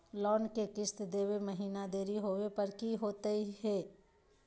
Loan के किस्त देवे महिना देरी होवे पर की होतही हे?